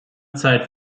zeit